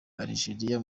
algeria